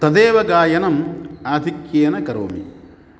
तदेव गायनम् आधिक्येन करोमि